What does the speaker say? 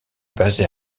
basée